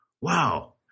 wow